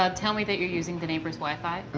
um tell me that you're using the neighbor's wi-fi. ah,